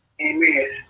Amen